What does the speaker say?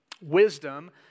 wisdom